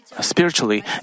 spiritually